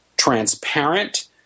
transparent